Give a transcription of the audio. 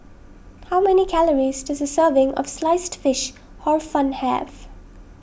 how many calories does a serving of Sliced Fish Hor Fun have